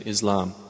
Islam